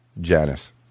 Janice